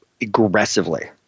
aggressively